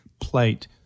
plate